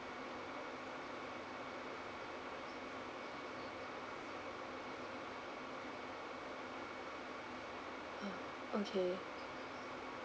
uh okay